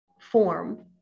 form